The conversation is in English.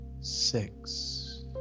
six